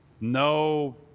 no